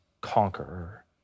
conqueror